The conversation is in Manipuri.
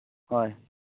ꯍꯣꯏ